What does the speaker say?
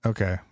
Okay